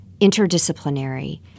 interdisciplinary